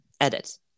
edit